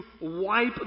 wipe